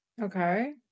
okay